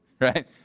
Right